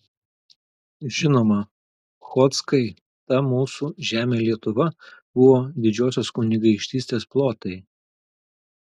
žinoma chodzkai ta mūsų žemė lietuva buvo didžiosios kunigaikštystės plotai